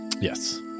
Yes